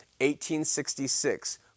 1866